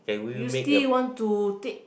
you still want to take